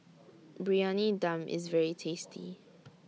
Briyani Dum IS very tasty